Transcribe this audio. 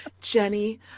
Jenny